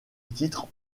titre